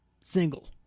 Single